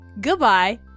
Goodbye